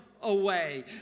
Away